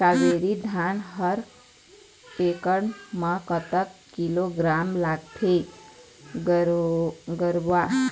कावेरी धान हर एकड़ म कतक किलोग्राम लगाथें गरवा?